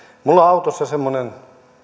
minulla on autossa semmoinen